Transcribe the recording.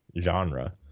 genre